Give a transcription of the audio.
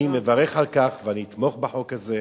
אני מברך על כך, אני אתמוך בחוק הזה,